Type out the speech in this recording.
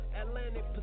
Atlantic